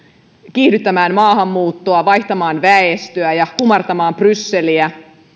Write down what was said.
kiihdyttämään maahanmuuttoa vaihtamaan väestöä ja kumartamaan brysseliä